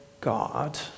God